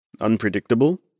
Unpredictable